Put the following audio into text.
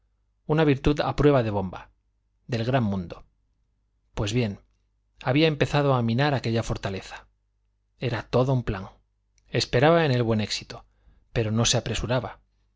una virtud a prueba de bomba del gran mundo pues bien había empezado a minar aquella fortaleza era todo un plan esperaba en el buen éxito pero no se apresuraba